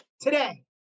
today